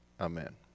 Amen